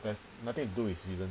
there's nothing to do with season